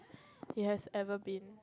he has ever been